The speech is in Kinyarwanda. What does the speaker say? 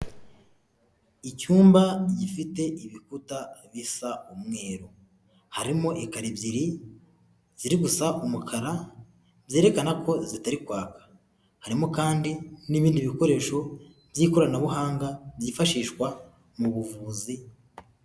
Icyumba gifite ibikuta bisa umweru, harimo ekara ebyiri ziri gusa umukara byerekana ko zitari kwaka, harimo kandi n'ibindi bikoresho by'ikoranabuhanga byifashishwa mu buvuzi.